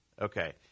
Okay